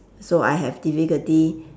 so I have difficulty